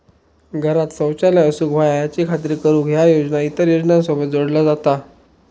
घरांत शौचालय असूक व्हया याची खात्री करुक ह्या योजना इतर योजनांसोबत जोडला जाता